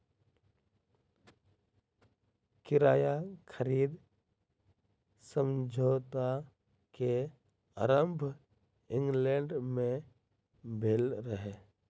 किराया खरीद समझौता के आरम्भ इंग्लैंड में भेल रहे